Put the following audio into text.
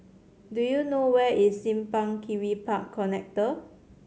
do you know where is Simpang Kiri Park Connector